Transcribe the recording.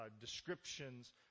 descriptions